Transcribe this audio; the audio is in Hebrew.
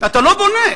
אתה לא בונה.